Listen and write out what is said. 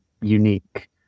unique